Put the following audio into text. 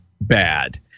bad